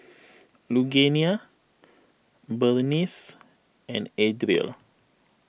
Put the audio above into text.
Lugenia Berniece and Adriel